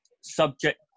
subject